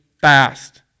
fast